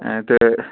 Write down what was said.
تہٕ